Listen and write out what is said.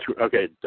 okay